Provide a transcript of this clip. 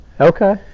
Okay